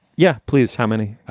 yeah please. how many?